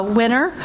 winner